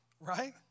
Right